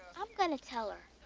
i'm gonna tell her.